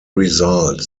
result